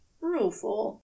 rueful